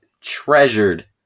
treasured